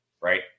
right